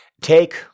Take